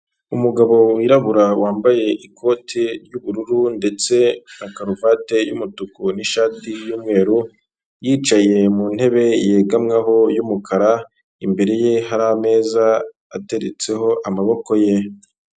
Umugabo wirabura wambaye ikoti ry'ubururu ndetse na karuvati y'umutuku n'ishati y'umweru, yicaye mu ntebe yegamweho y'umukara imbere ye hari ameza ateretseho amaboko ye.